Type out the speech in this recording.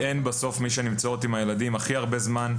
והן בסוף מי שנמצאות עם הילדים הכי הרבה זמן,